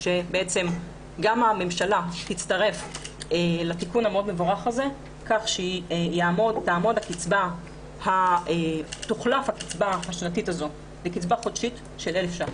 2019. 5.57 מיליארד שקלים זה תקציב הרשות לזכויות ניצולי השואה בשנת